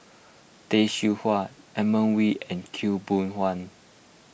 Tay Seow Huah Edmund Wee and Khaw Boon Wan